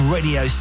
Radio